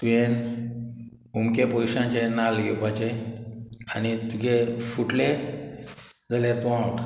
तुवें ओमक्या पयशांचे नाल्ल घेवपाचे आनी तुगे फुटले जाल्यार तूं आवट